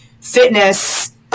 fitness